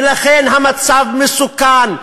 ולכן המצב מסוכן,